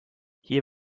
hier